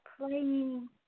playing